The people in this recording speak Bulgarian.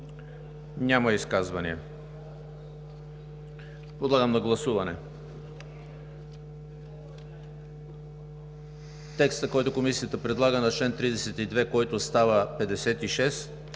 Няма изказвания. Подлагам на гласуване текста, който Комисията предлага за чл. 32, който става 56,